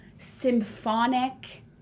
symphonic